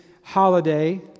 holiday